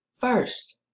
First